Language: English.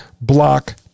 block